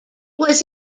was